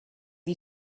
you